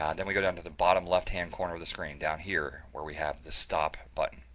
um then we go down to the bottom left-hand corner of the screen, down here where we have the stop button.